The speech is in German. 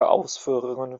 ausführungen